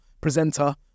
presenter